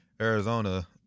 Arizona